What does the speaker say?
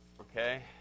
Okay